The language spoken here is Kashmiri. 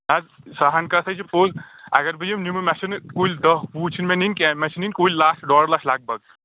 نہ حظ سۄ ہن کَتھَے چھِ پوٚز اگر بہٕ یِم نِمہٕ مےٚ چھِنہٕ کُلۍ دہ وُہ چھِنہٕ مےٚ نِنۍ کینٛہہ مےٚ چھِ نِنۍ کُلۍ لَچھ ڈۄڑ لَچھ لگ بگ